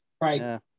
Right